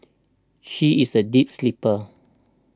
she is a deep sleeper